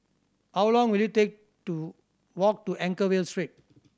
how long will it take to walk to Anchorvale Street